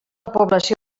població